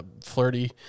Flirty